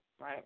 right